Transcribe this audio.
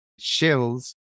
shills